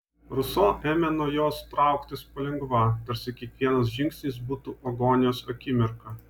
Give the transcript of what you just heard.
ruso ėmė nuo jos trauktis palengva tarsi kiekvienas žingsnis būtų agonijos akimirka